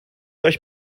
euch